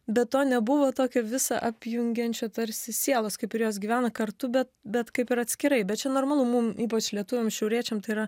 bet to nebuvo tokio visą apjungiančio tarsi sielos kaip ir jos gyvena kartu bet bet kaip ir atskirai bet čia normalu mum ypač lietuviam šiauriečiam tai yra